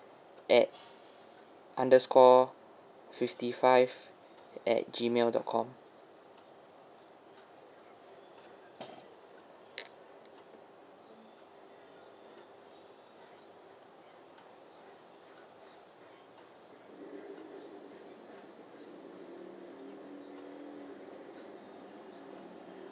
at underscore fifty five at G mail dot com